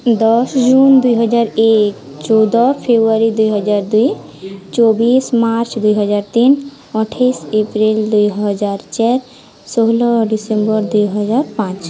ଦଶ ଜୁନ୍ ଦୁଇହଜାର ଏକ ଚଉଦ ଫେବୃଆରୀ ଦୁଇହଜାର ଦୁଇ ଚବିଶ ମାର୍ଚ୍ଚ ଦୁଇହଜାର ତିନ ଅଠେଇଶ ଏପ୍ରିଲ୍ ଦୁଇହଜାର ଚାର ଷୋହଳ ଡିସେମ୍ବର ଦୁଇହଜାର ପାଞ୍ଚ